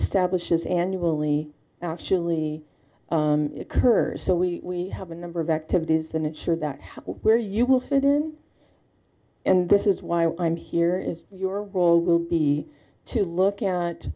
stablish is annually actually occurs so we have a number of activities and ensure that where you will fit in and this is why i'm here is your role will be to look at